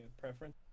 preference